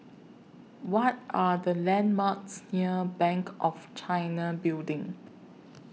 What Are The landmarks near Bank of China Building